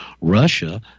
Russia